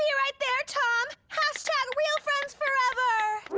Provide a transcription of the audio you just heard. yeah right there, tom, hashtag real friends four ever